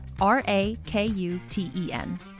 r-a-k-u-t-e-n